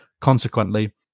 Consequently